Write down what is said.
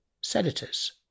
senators